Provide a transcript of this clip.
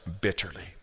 bitterly